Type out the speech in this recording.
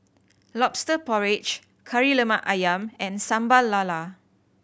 Lobster Porridge Kari Lemak Ayam and Sambal Lala